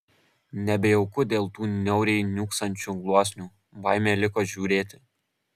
nebejauku dėl tų niauriai niūksančių gluosnių baimė liko žiūrėti